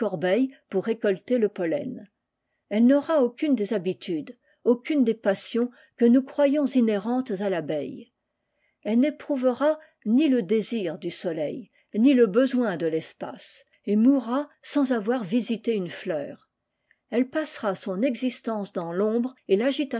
pour récolter le pollen elle n'aura aucune des habitudes aucune des passions que nous croyons inhérentes à l'abeille elle n'éprouvera ni le désir du soleil ni le besoin de l'espace et mourra sans avoir visité une fleur elle passera son existence dans l'ombre et